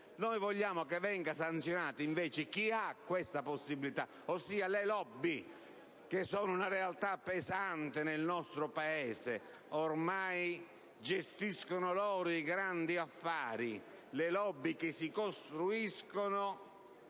Noi vogliamo che venga sanzionato chi ha tale possibilità, ossia le *lobby*, che sono una realtà pesante nel nostro Paese: ormai gestiscono loro i grandi affari. Riteniamo che questo